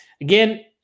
again